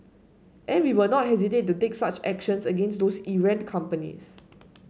and we will not hesitate to take such actions against those errant companies